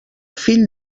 fill